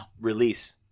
release